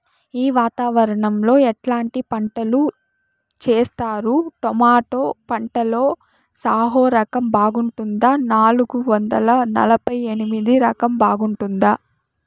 ఈ వాతావరణం లో ఎట్లాంటి పంటలు చేస్తారు? టొమాటో పంటలో సాహో రకం బాగుంటుందా నాలుగు వందల నలభై ఎనిమిది రకం బాగుంటుందా?